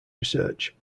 research